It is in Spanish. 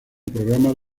programas